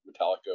metallica